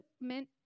meant